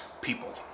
people